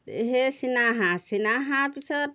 সেয়ে চীনাহাঁহ চীনাহাঁহ পিছত